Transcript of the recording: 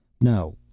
No